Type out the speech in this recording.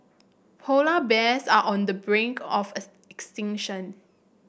polar bears are on the brink of extinction